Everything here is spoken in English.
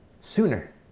sooner